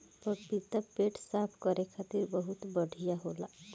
पपीता पेट साफ़ करे खातिर बहुते बढ़िया होला